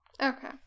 Okay